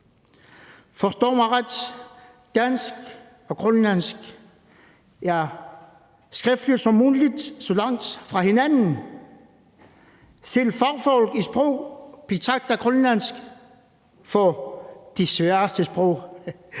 Forstå mig ret, dansk og grønlandsk er skriftligt som mundtligt så langt fra hinanden. Selv fagfolk i sprog betragter grønlandsk for det sværeste sprog